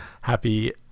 Happy